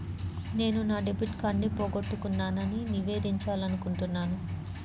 నేను నా డెబిట్ కార్డ్ని పోగొట్టుకున్నాని నివేదించాలనుకుంటున్నాను